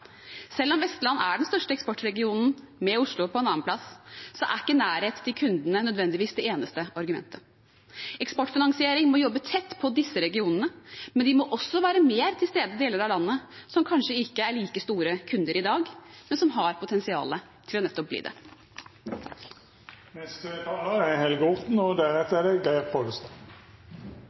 Selv om Vestlandet er den største eksportregionen, med Oslo på en annenplass, er ikke nærhet til kundene nødvendigvis det eneste argumentet. Eksportfinansiering må jobbe tett på disse regionene, men de må også være mer til stede i deler av landet som kanskje ikke er like store kunder i dag, men som har potensial til nettopp å bli det. Når denne diskusjonen har blitt løftet opp fra næringslivet i Møre og